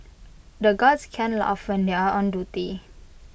the guards can't laugh when they are on duty